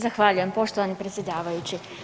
Zahvaljujem poštovani predsjedavajući.